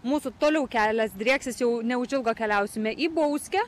mūsų toliau kelias drieksis jau neužilgo keliausime į bauskę